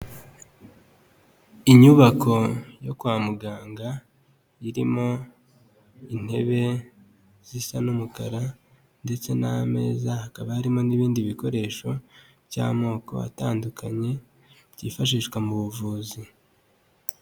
Inyubako yo kwa muganga irimo intebe zisa n'umukara ndetse n'ameza, hakaba harimo n'ibindi bikoresho by'amoko atandukanye byifashishwa mu buvuzi.